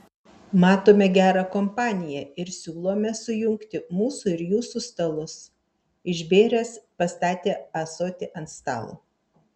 matome gerą kompaniją ir siūlome sujungti mūsų ir jūsų stalus išbėręs pastatė ąsotį ant stalo